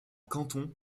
canton